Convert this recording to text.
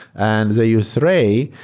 and they use ray,